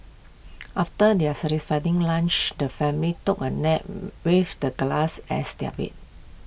after their satisfying lunch the family took A nap with the glass as their bed